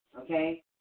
okay